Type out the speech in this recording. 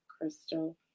Crystal